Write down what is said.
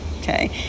Okay